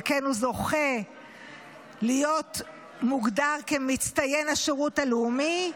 על כן הוא זוכה להיות מוגדר כמצטיין השירות הלאומי.